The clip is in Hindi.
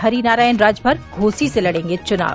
हरीनारायण राजभर घोसी से लड़ेंगे चुनाव